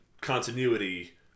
continuity